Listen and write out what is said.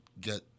get